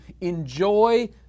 enjoy